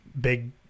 big